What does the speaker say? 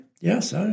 Yes